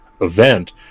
event